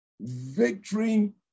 Victory